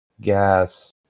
Gas